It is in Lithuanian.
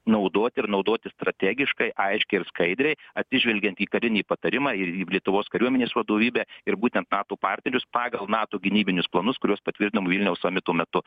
naudoti ir naudoti strategiškai aiškiai ir skaidriai atsižvelgiant į karinį patarimą ir į lietuvos kariuomenės vadovybę ir būtent nato partnerius pagal nato gynybinius planus kuriuos patvirtinom vilniaus samitu metu